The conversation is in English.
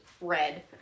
red